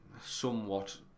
somewhat